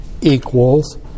equals